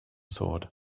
sword